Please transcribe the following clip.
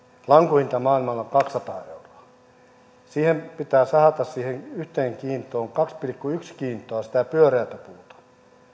lankun hinta maailmalla on kaksisataa euroa siihen pitää sahata siihen yhteen kiintoon kaksi pilkku yksi kiintoa sitä pyöreätä puuta